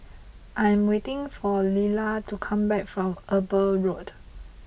I am waiting for Lilla to come back from Eber Road